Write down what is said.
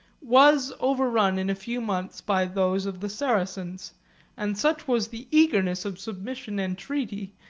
was overrun in a few months by those of the saracens and such was the eagerness of submission and treaty,